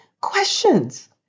Questions